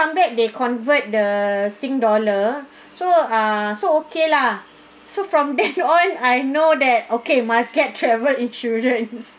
back they convert the sing dollar so uh so okay lah so from then on I know that okay must get travel insurance